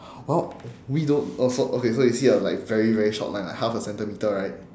well we don't oh so okay so you see a like very very short line like half a centimetre right